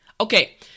Okay